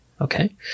Okay